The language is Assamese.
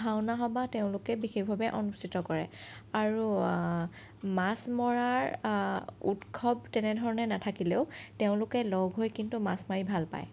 ভাওনা সবাহ তেওঁলোকে বিশেষভাৱে অনুষ্ঠিত কৰে আৰু মাছ মৰাৰ উৎসৱ তেনেধৰণে নাথাকিলেও তেওঁলোকে লগ হৈ কিন্তু মাছ মাৰি ভাল পায়